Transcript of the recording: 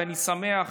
ואני שמח